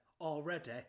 already